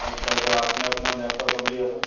अच्छा तो आपने अपना लैपटॉप कब लिया था